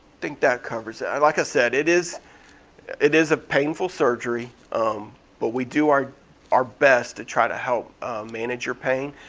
think that covers that, like i said it is it is a painful surgery um but we do our our best to try to help manage your pain.